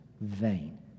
vain